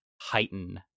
heighten